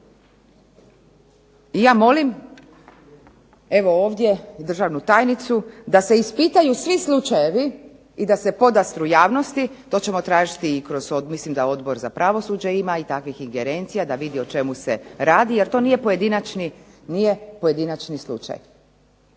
I ja molim, evo ovdje i državnu tajnicu, da se ispitaju svi slučajevi i da se podastru javnosti, to ćemo tražiti i kroz odbor, mislim da Odbor za pravosuđe ima i takvih ingerencija da vidi o čemu se radi jer to nije pojedinačni slučaj.